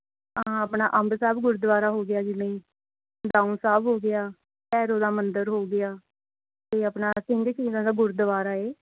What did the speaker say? ਆਹ ਆਪਣਾ ਅੰਬ ਸਾਹਿਬ ਗੁਰਦੁਆਰਾ ਹੋ ਗਿਆ ਜਿਵੇਂ ਦਾਊ ਸਾਹਿਬ ਹੋ ਗਿਆ ਭੈਰੋ ਦਾ ਮੰਦਿਰ ਹੋ ਗਿਆ ਅਤੇ ਆਪਣਾ ਸਿੰਘ ਸ਼ਹੀਦਾ ਦਾ ਗੁਰਦੁਆਰਾ ਹੈ